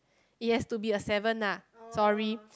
it has to be a seven lah sorry